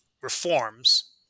reforms